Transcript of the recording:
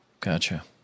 Gotcha